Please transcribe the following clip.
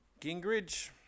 Gingrich